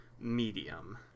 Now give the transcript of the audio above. medium